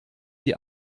die